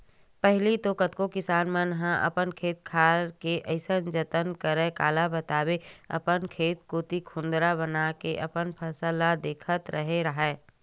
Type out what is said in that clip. पहिली तो कतको किसान मन ह अपन खेत खार के अइसन जतन करय काला बताबे अपन खेत कोती कुदंरा बनाके अपन फसल ल देखत रेहे राहय